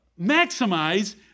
maximize